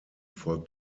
folgt